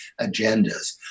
agendas